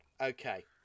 okay